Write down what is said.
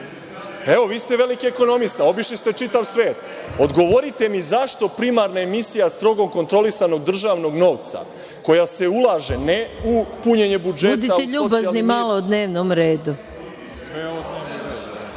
Evo, vi ste veliki ekonomista, obišli ste čitav svet. Odgovorite mi zašto primarna emisija strogo kontrolisana državnog novca, koja se ulaže ne u punjenje budžeta … **Maja Gojković** Budite ljubazni, malo o dnevnom redu.